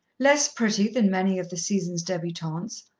less pretty than many of the season's debutantes,